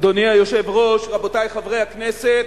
אדוני היושב-ראש, רבותי חברי הכנסת,